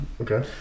Okay